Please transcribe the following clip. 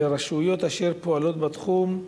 והרשויות אשר פועלות בתחום,